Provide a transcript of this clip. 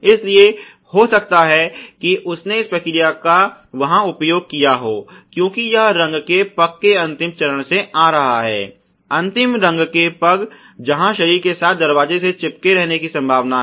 इसलिए हो सकता है कि उसने इस प्रक्रिया का वहाँ उपयोग किया हो क्योंकि यह रंग के पग के अंतिम चरण से आ रहा है अंतिम रंग के पग जहां शरीर के साथ दरवाजे के चिपके रहने की संभावना है